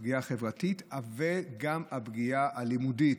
על הפגיעה החברתית וגם על הפגיעה הלימודית.